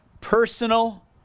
personal